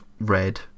red